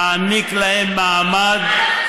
להעניק להם מעמד,